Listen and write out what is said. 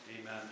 Amen